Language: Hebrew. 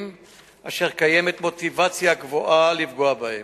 אשר קיימת מוטיבציה גבוהה לפגוע בהם,